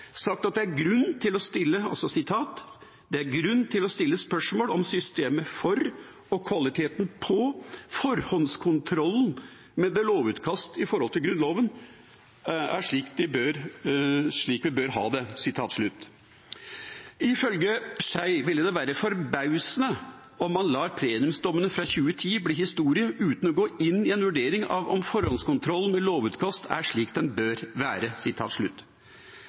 sagt at det er «grunn til å stille spørsmålet om systemet for og kvaliteten på forhåndskontrollen med lovutkast i forhold til Grunnloven er slik vi bør ha det». Ifølge Schei ville det være «forbausende om man lar plenumsdommene fra 2010 bli historie uten å gå inn i en vurdering av om forhåndskontrollen med lovutkast er slik den bør være».